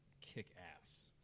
kick-ass